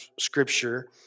scripture